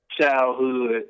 childhood